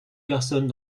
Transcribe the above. personnes